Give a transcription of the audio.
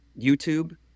YouTube